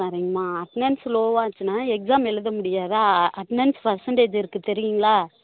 சரிங்கம்மா அட்னன்ஸ் லோவாக இருந்துச்சுன்னா எக்ஸாம் எழுத முடியாதா அட்னன்ஸ் பர்சன்டேஜ் இருக்குது தெரியுங்களா